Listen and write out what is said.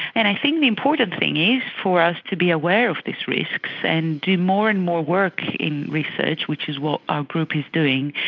and i think the important thing is for us to be aware of these risks and do more and more work in research, which is what our group is doing,